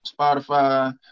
Spotify